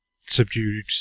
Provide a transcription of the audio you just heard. subdued